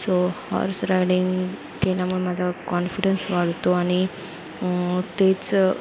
so horse riding केल्यामुळे माझा confidence वाढतो आणि तेच